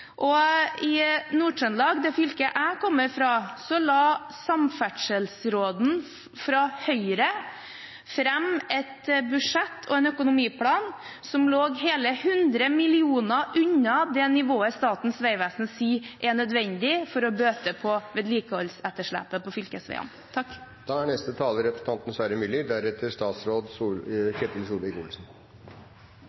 og i Nord-Trøndelag, det fylket jeg kommer fra, la samferdselsråden fra Høyre fram et budsjett og en økonomiplan som lå hele 100 mill. kr unna det nivået som Statens vegvesen sier er nødvendig for å bøte på vedlikeholdsetterslepet på fylkesveiene.